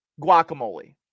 guacamole